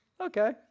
Okay